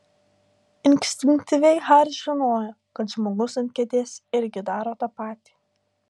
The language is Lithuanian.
instinktyviai haris žinojo kad žmogus ant kėdės irgi daro tą patį